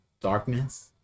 darkness